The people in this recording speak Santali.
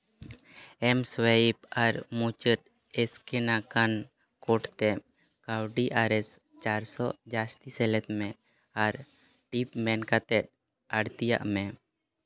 ᱮᱢ ᱥᱳᱣᱟᱭᱤᱯ ᱟᱨ ᱢᱩᱪᱟᱹᱫ ᱮᱥᱠᱮᱱ ᱟᱠᱟᱱ ᱠᱳᱰ ᱛᱮ ᱠᱟᱹᱣᱰᱤ ᱟᱨᱮᱥ ᱪᱟᱨᱥᱚ ᱡᱟᱹᱥᱛᱤ ᱥᱮᱞᱮᱫ ᱢᱮ ᱟᱨ ᱴᱤᱯ ᱢᱮᱱ ᱠᱟᱛᱮᱜ ᱟᱹᱲᱛᱤᱭᱟᱜ ᱢᱮ